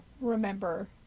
remember